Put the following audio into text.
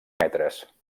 metres